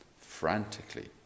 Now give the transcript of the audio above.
frantically